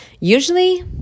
Usually